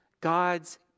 God's